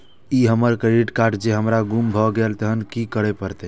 ई हमर credit card जौं हमर गुम भ गेल तहन की करे परतै?